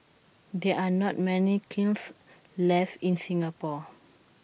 there are not many kilns left in Singapore